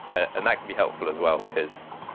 and that can be helpful as well, because